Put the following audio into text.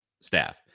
staff